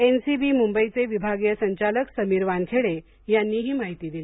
N C B मुंबईचे विभागीय संचालक समीर वानखेडे यांनी ही माहिती दिली